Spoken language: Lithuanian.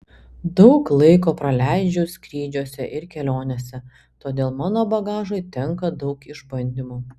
daug laiko praleidžiu skrydžiuose ir kelionėse todėl mano bagažui tenka daug išbandymų